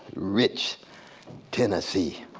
rich tennessee.